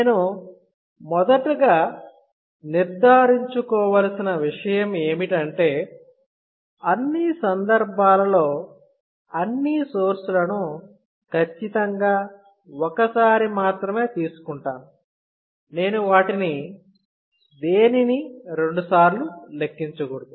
నేను మొదటగా నిర్ధారించుకోవలసిన విషయం ఏమిటంటే అన్ని సందర్భాలలో అన్ని సోర్స్ లను ఖచ్చితంగా ఒకసారి మాత్రమే తీసుకుంటాను నేను వాటిలో దేనినీ రెండుసార్లు లెక్కించకూడదు